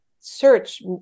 search